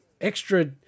extra